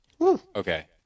Okay